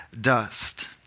dust